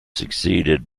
succeeded